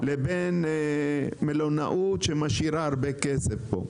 לבין מלונאות שמשאירה הרבה כסף פה?